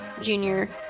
Junior